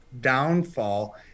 downfall